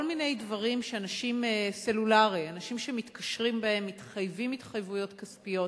כל מיני דברים שאנשים שמתקשרים בהם מתחייבים התחייבויות כספיות,